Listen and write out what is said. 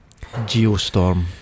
Geostorm